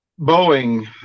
Boeing